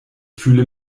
fühle